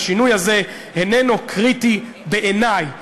השינוי הזה איננו קריטי בעיני".